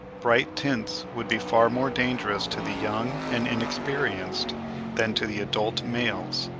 bright tints would be far more dangerous to the young and inexperienced than to the adult males.